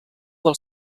del